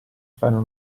fanno